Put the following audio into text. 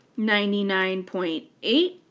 ninety nine point eight,